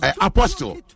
apostle